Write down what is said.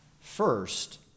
First